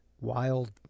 wild